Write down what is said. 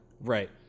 Right